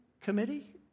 committee